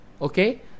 okay